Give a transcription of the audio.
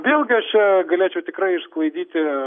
vėlgi aš čia galėčiau tikrai išsklaidyti